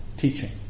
Teaching